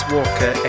Walker